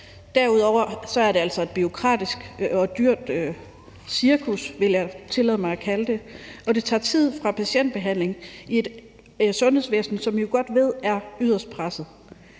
Derudover er det altså et bureaukratisk og dyrt cirkus, vil jeg tillade mig at kalde det, og det tager tid fra patientbehandling i et sundhedsvæsen, som vi jo godt ved er yderst presset.